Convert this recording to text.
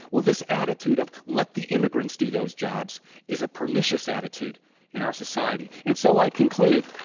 well, this attitude of, let the immigrants do those jobs is a pernicious attitude in our society. and so i'll conclude